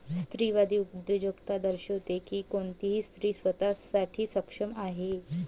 स्त्रीवादी उद्योजकता दर्शविते की कोणतीही स्त्री स्वतः साठी सक्षम आहे